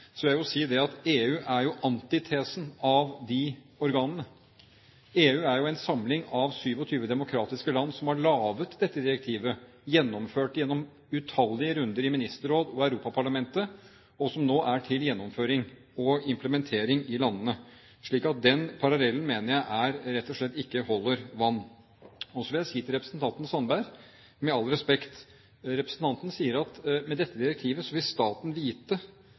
Så den parallellen mener jeg rett og slett ikke holder vann. Så vil jeg si til representanten Sandberg, med all respekt: Representanten sier at med dette direktivet vil staten vite